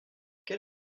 quel